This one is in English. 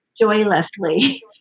joylessly